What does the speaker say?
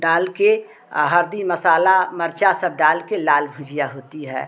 डालकर हलदी मसाला मिर्च सब डालकर लाल भुजिया होती है